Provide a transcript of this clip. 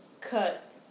cut